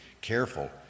careful